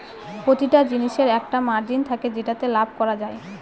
প্রতিটা জিনিসের একটা মার্জিন থাকে যেটাতে লাভ করা যায়